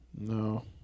No